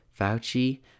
Fauci